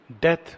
Death